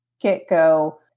get-go